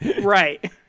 right